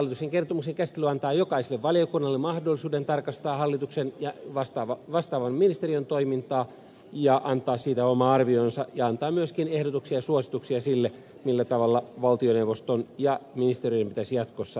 hallituksen kertomuksen käsittely antaa jokaiselle valiokunnalle mahdollisuuden tarkastaa hallituksen ja vastaavan ministeriön toimintaa antaa siitä oma arvionsa ja antaa myöskin ehdotuksia ja suosituksia siitä millä tavalla valtioneuvoston ja ministerien pitäisi jatkossa toimia